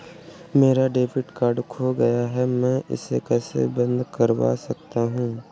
मेरा debit card खो गया है मैं इसे कैसे बंद करवा सकता हूँ?